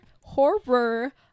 horror